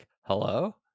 hello